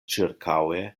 ĉirkaŭe